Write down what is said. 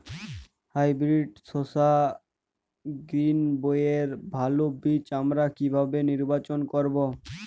Hybrid শসা গ্রীনবইয়ের ভালো বীজ আমরা কিভাবে নির্বাচন করব?